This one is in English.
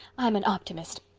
i'm an optimist.